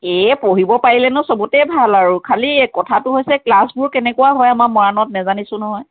এই পঢ়িব পাৰিলেনো সবতে ভাল আৰু খালি কথাটো হৈছে ক্লাছবোৰ কেনেকুৱা হয় আমাৰ মৰাণত নেজানিছোঁ নহয়